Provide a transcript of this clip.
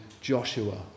Joshua